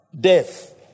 Death